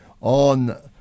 on